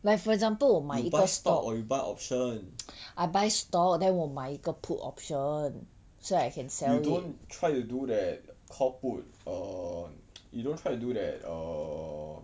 like for example 我买一个 stock I buy stock then 我买一个 put option so that I can sell it